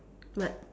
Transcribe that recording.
but